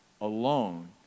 alone